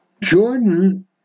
Jordan